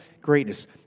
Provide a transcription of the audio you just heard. greatness